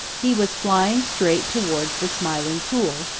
he was flying straight towards the smiling pool,